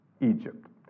Egypt